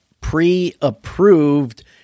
pre-approved